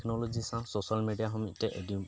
technology ᱥᱟᱶ social media ᱦᱚᱸ ᱢᱤᱫᱴᱮᱡ ᱟᱹᱰᱤ